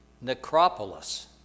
Necropolis